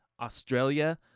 Australia